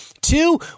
two